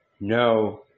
No